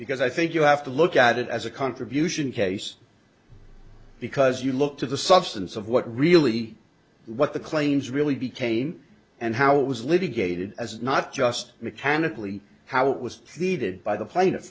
because i think you have to look at it as a contribution case because you look to the substance of what really what the claims really became and how it was litigated as not just mechanically how it was needed by the